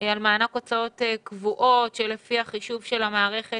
על מענק הוצאות קבועות שלפי חישוב המערכת